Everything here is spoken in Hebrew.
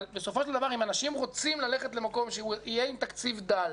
אבל בסופו של דבר אם אנשים רוצים ללכת למקום שהוא יהיה עם תקציב דל,